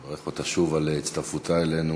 אני מברך אותה שוב על הצטרפותה אלינו.